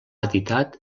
editat